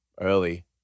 early